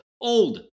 Old